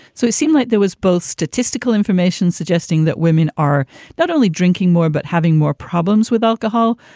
so it seemed like there was both statistical information suggesting that women are not only drinking more, but having more problems with alcohol.